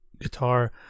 guitar